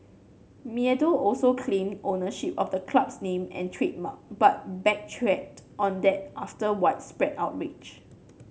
Meadow also claimed ownership of the club's name and trademark but backtracked on that after widespread outrage